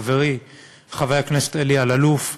חברי חבר הכנסת אלי אלאלוף,